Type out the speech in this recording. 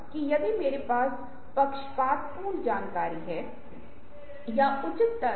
यहाँ एक और है जिसे मैं आपके साथ साझा कर रहा हूँ जो विशेषता लिस्टिंग है